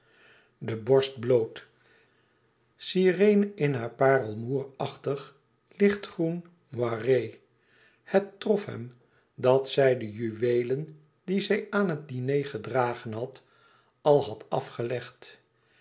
de borst bloot sirene in haar parelmoêrachtig lichtgroen moiré het trof hem dat zij de juweelen die zij aan het diner gedragen had al had afgelegd